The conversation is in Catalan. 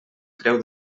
creu